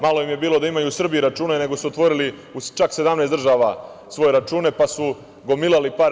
Malo im je bilo da u Srbiji imaju račune, nego su otvorili u čak 17 država svoje račune, pa su gomilali pare.